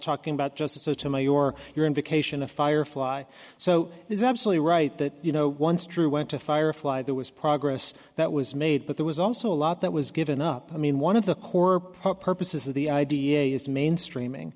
talking about justice sotomayor your invocation of firefly so is absolutely right that you know once true went to firefly there was progress that was made but there was also a lot that was given up i mean one of the corporate purposes of the idea is mainstreaming